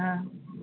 ꯑꯥ